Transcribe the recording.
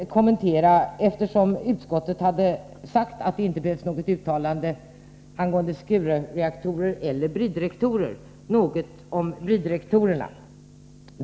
Men eftersom utskottet har sagt att det inte behövs något uttalande om Secureeller bridreaktorer, vill jag säga något om bridreaktorerna.